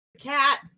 Cat